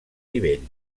nivell